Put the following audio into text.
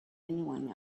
anyone